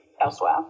elsewhere